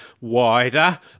wider